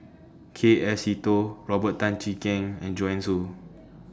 K F Seetoh Robert Tan Jee Keng and Joanne Soo